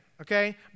okay